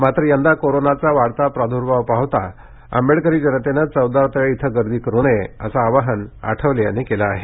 मात्र यंदा कोरोनाचा वाढता प्रादुर्भाव पाहता आंबेडकरी जनतेनं चवदार तळे इथं गर्दी करू नये असं आवाहन आठवले यांनी केलं आहे